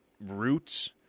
roots